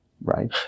right